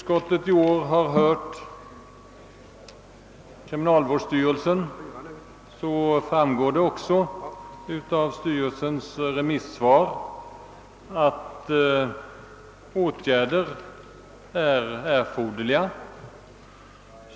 Av kriminalvårdsstyrelsens remissvar i år framgår det också att åtgärder är erforderliga.